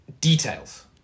details